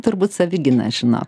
turbūt savigyna žinok